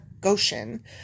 Goshen